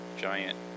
giant